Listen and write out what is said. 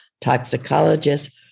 Toxicologists